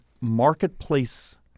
marketplace